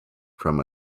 from